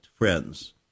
friends